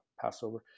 Passover